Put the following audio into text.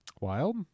Wild